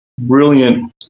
brilliant